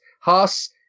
Haas